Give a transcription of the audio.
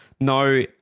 no